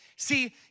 See